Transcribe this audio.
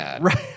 right